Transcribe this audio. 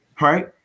right